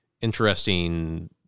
interesting